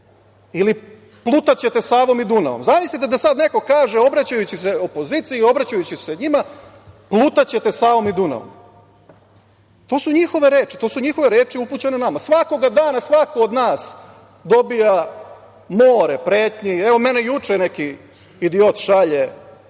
ili plutaćete Savom i Dunavom. Zamislite da sada neko kaže obraćajući se opoziciji i obraćajući se njima, plutaćete Savom i Dunavom. To su njihove reči upućene nama. Svakoga dana svako od nas dobija more pretnje i evo, meni juče neki idiot šalje,